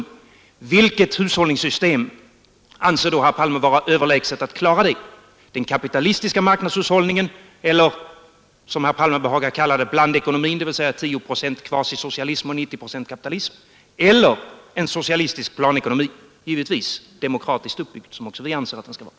Då är min fråga: Vilket hushållningssystem anser herr Palme vara överlägset när det gäller att klara detta? Den kapitalistiska marknadshushållningen? Det som herr Palme behagar kalla blandekonomin — dvs. 10 procent kvasi-socialism och 90 procent kapitalism? Eller en socialistisk planekonomi — givetvis demokratiskt uppbyggd, som också vi anser att den skall vara?